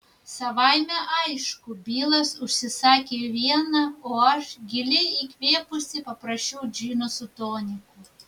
savaime aišku bilas užsisakė vieną o aš giliai įkvėpusi paprašiau džino su toniku